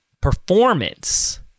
performance